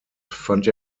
fand